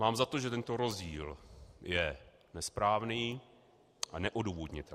Mám za to, že tento rozdíl je nesprávný a neodůvodnitelný.